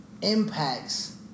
impacts